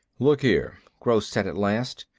look here, gross said at last.